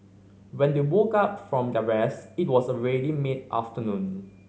when they woke up from their rest it was already mid afternoon